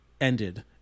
ended